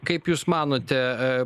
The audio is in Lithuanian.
kaip jūs manote